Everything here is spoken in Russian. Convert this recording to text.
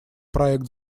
проект